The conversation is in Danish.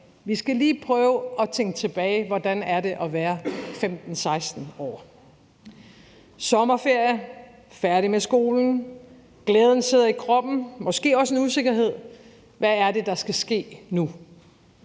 Vi skal lige prøve at tænke tilbage på, hvordan det er at være 15-16 år: Det er sommerferie, du er færdig med skolen, glæden sidder i kroppen, måske også en usikkerhed, for hvad er det, der skal ske nu?